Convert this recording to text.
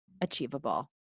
achievable